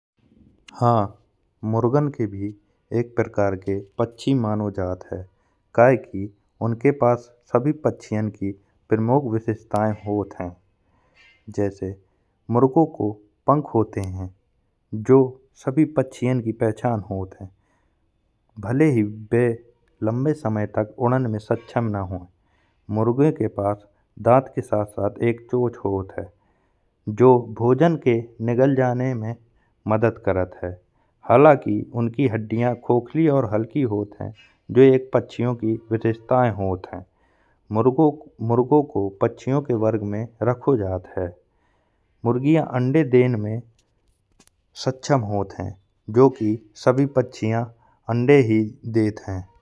हाँ मुर्गन के भी एक प्रकार के पच्छी मानो जात है, कए की उनके पास सभी पच्छियान की प्रमुख विशेषता होत है। जैसे मुरगो को पंख होते है जो सभी पच्छियान की पहचान होत है। भले ही वे लंबे समय तक उड़ान में सक्षम न हो मुर्गे के पास दांत के साथ साथ एक चोंच होत है। जो भोजन के निकाल जान में मदद करत है हालाँकि उनकी हड्डियाँ खोखली और हल्की होत है। जो एक पच्छियो की विशेषताय होत है मुरगो को पच्छियो के वर्ग में रखो जात है। मुर्गिया अंडे देन में सक्षम होत है जो को सभी पच्छिया अंडे ही देत है।